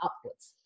upwards